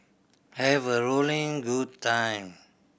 have a rolling good time